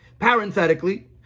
Parenthetically